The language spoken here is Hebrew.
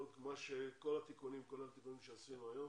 אישור החוק כולל התיקונים שערכנו היום?